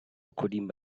recording